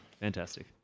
Fantastic